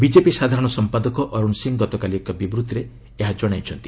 BJP ସାଧାରଣ ସମ୍ପାଦକ ଅରୁଣ ସିଂ ଗତକାଲି ଏକ ବିବୃତ୍ତି ଦେଇ ଏହା ଜଣାଇଛନ୍ତି